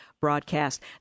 broadcast